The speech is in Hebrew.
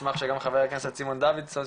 אבל אשמח שגם חה"כ סימון דוידסון,